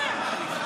מה?